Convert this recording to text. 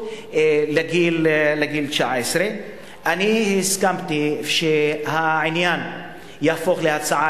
לגיל 19. הסכמתי שהעניין יהפוך להצעה